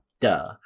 duh